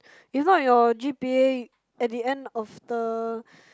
if not your g_p_a at the end of the